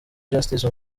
justice